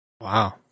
Wow